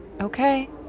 Okay